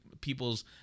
people's